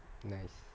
nice